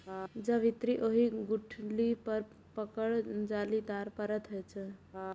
जावित्री ओहि गुठली पर पड़ल जालीदार परत होइ छै